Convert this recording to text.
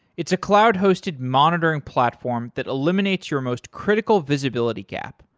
it's a cloud-hosted monitoring platform that eliminates your most critical visibility gap,